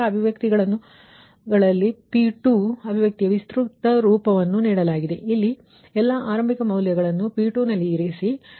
ಈ ಎಲ್ಲಾ ಅಭಿವ್ಯಕ್ತಿಗಳನ್ನು ನೀಡಲಾಗಿದೆ ಈ P2 ಅಭಿವ್ಯಕ್ತಿಯ ವಿಸ್ತೃತ ರೂಪವನ್ನು ನೀಡಲಾಗಿದೆ ಇಲ್ಲಿ ಎಲ್ಲಾ ಆರಂಭಿಕ ಮೌಲ್ಯಗಳನ್ನು P2 ನಲ್ಲಿ ಇರಿಸಿ